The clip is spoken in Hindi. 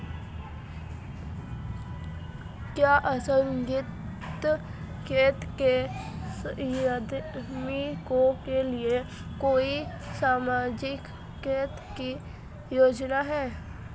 क्या असंगठित क्षेत्र के श्रमिकों के लिए कोई सामाजिक क्षेत्र की योजना है?